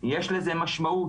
יש לזה משמעות.